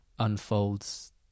unfolds